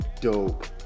dope